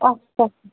اچھا